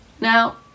Now